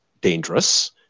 dangerous